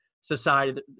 society